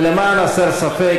ולמען הסר ספק,